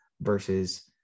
versus